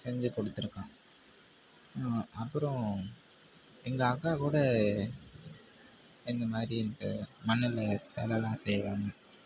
செஞ்சு கொடுத்துருக்கான் அப்புறம் எங்கள் அக்கா கூட இந்த மாதிரி எனக்கு மண்ணில் சிலைலாம் செய்வாங்க